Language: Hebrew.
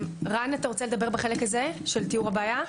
רן, אתה רוצה לדבר בחלק הזה, של תיאור הבעיה?